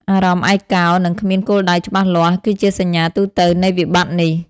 អារម្មណ៍ឯកោ និងគ្មានគោលដៅច្បាស់លាស់ គឺជាសញ្ញាទូទៅនៃវិបត្តិនេះ។